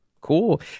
cool